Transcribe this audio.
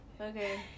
Okay